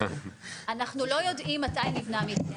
אנחנו לא יודעים מתי נבנה מבנה.